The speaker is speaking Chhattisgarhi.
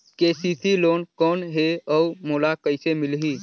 के.सी.सी लोन कौन हे अउ मोला कइसे मिलही?